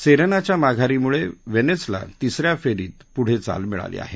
सेरेनाच्या माघारीमुळे व्हेनसला तिसऱ्या फेरीत पुढं चाल मिळाली आहे